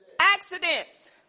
Accidents